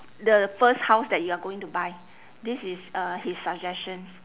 the first house that you are going to buy this is uh his suggestions